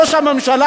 ראש הממשלה,